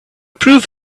prove